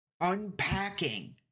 unpacking